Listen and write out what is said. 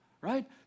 right